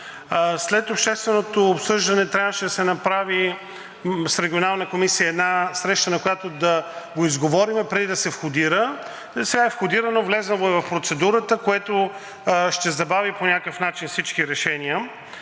След общественото обсъждане трябваше да се направи с Регионалната комисия една среща, на която да го изговорим, преди да се входира. Сега е входирано, влязло е в процедурата, което ще забави по някакъв начин всички решения,